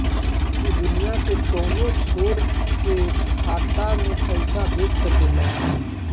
तू दुनिया के कौनो छोर से खाता में पईसा भेज सकेल